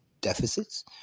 deficits